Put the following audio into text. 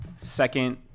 Second